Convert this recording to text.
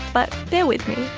but bear with me.